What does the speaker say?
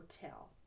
Hotel